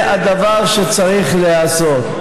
זה הדבר שצריך להיעשות.